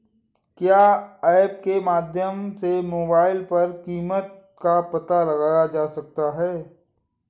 क्या ऐप के माध्यम से मोबाइल पर कीमत का पता लगाया जा सकता है?